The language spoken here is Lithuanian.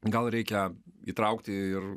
gal reikia įtraukti ir